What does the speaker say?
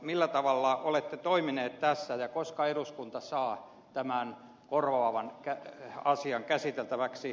millä tavalla olette toimineet tässä ja koska eduskunta saa tämän korvaavan asian käsiteltäväksi